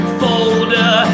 folder